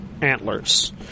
antlers